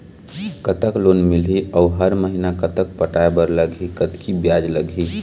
कतक लोन मिलही अऊ हर महीना कतक पटाए बर लगही, कतकी ब्याज लगही?